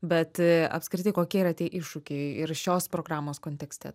bet apskritai kokie yra tie iššūkiai ir šios programos kontekste